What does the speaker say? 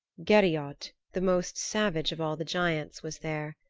gerriod, the most savage of all the giants, was there.